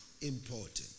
important